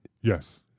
Yes